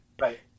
right